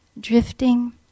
drifting